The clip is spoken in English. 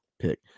pick